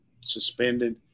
suspended